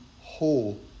whole